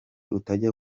utajya